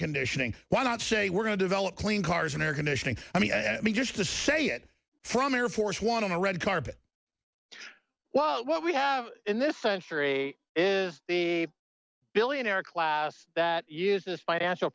conditioning why not say we're going to develop clean cars and air conditioning i mean just to say it from air force one on the red carpet well what we have in this century is the billionaire class that uses financial